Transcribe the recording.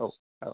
औ औ